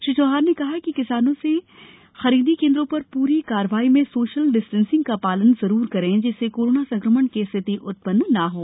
श्री चौहान ने किसानों से आग्रह किया है कि खरीदी केन्द्रों पर पूरी कार्यवाही में सोशल डिस्टेंसिंग का पालन जरूर करें जिससे कोरोना संक्रमण की स्थिति उत्पन्न न हों